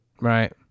Right